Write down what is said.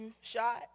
shot